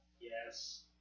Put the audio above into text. Yes